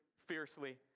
Fiercely